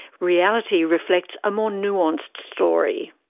reality reflects a more nuanced story.